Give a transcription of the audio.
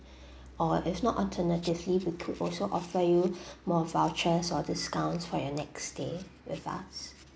or if not alternatively we could also offer you more vouchers or discounts for your next stay with us